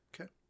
okay